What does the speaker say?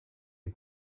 den